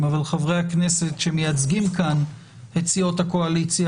אבל חברי הכנסת שמייצגים כאן את סיעות הקואליציה,